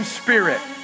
spirit